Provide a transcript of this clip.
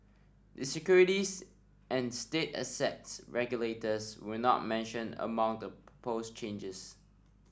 the securities and state assets regulators were not mentioned among the propose changes